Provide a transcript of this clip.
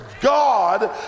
God